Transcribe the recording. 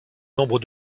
nombre